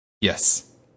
Yes